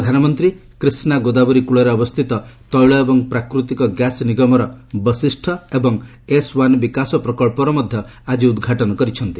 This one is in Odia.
ପ୍ରଧାନମନ୍ତ୍ରୀ କ୍ରିଷ୍ଣା ଗୋଦାବରୀ କୃଳରେ ଅବସ୍ଥିତ ତୈଳ ଏବଂ ପ୍ରାକୃତିକ ଗ୍ୟାସ ନିଗମର ବଶିଷ୍ଠ ଏବଂ ଏସ ୱାନ ବିକାଶ ପ୍ରକଳ୍ପର ମଧ୍ୟ ଆଜି ଉଦ୍ଘାଟନ କରିଛନ୍ତି